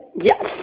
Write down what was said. Yes